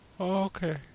Okay